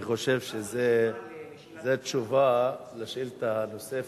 אני חושב שזאת תשובה על השאילתא הנוספת,